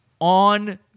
on